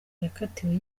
yakatiwe